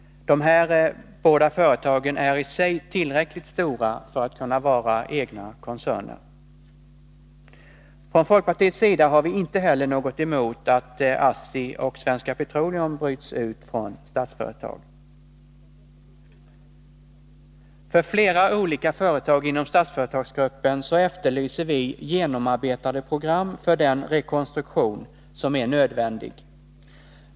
De här båda företagen är i sig tillräckligt stora för att kunna vara egna koncerner. Från folkpartiets sida har vi inte heller något emot att ASSI och Svenska Petroleum bryts ut från Statsföretag. För flera olika företag inom Statsföretagsgruppen efterlyser vi genomarbetade program för den rekonstruktion som är nödvändig.